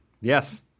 Yes